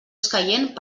escaient